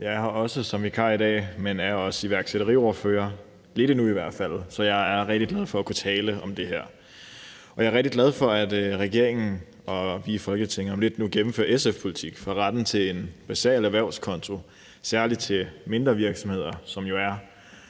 endnu i hvert fald. Så jeg er rigtig glad for at kunne tale om det her. Jeg er rigtig glad for, at regeringen og vi i Folketinget nu om lidt gennemfører SF-politik, for retten til en basal erhvervskonto særlig for mindre virksomheder,